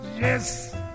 Yes